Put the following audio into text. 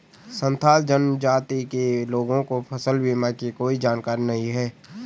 संथाल जनजाति के लोगों को फसल बीमा की कोई जानकारी नहीं है